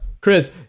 Chris